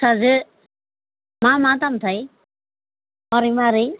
फिसाजो मा मा दामथाय मारै मारै